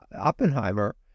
Oppenheimer